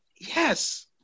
yes